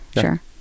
sure